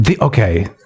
Okay